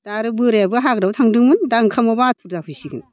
दा आरो बोरायाबो हाग्रायाव थांदोंमोन दा ओंखामाबो आथुर जाफैसिगोन